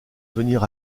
venir